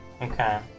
Okay